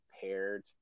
paired